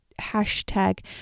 hashtag